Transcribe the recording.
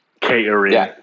Catering